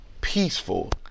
peaceful